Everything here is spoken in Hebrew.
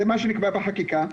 זה מה שנקבע בחקיקה,